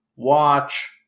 Watch